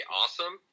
awesome